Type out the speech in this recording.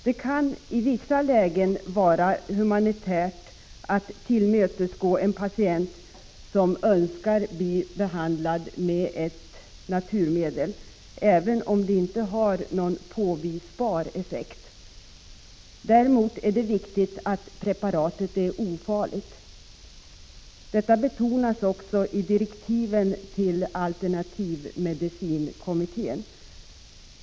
Det kan i vissa lägen vara humanitärt att tillmötesgå en patient, som önskar bli behandlad med ett naturmedel, även om detta inte har någon påvisbar effekt. Däremot är det viktigt att preparatet är ofarligt. Detta betonas också i direktiven till alternativmedicinkommittén.